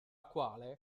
quale